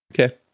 Okay